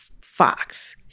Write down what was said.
Fox